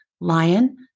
lion